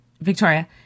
Victoria